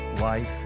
life